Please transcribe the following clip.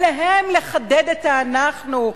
על גבו של אותו שעיר לעזאזל הם מחדדים את ה"אנחנו",